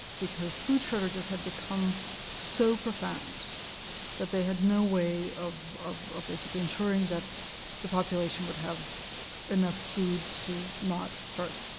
because food shortages had become so profound that they had no way of of basically ensuring that the population would have enough food to not start